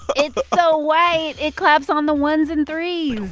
it's so white, it claps on the ones and threes.